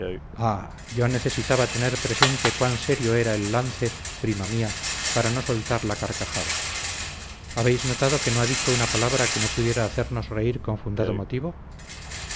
yo necesitaba tener presente cuán serio era el lance prima mía para no soltar la carcajada habéis notado que no ha dicho una palabra que no pudiera hacernos reír con fundado motivo